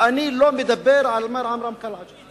ואני לא מדבר על מר עמרם קלעג'י.